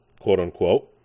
quote-unquote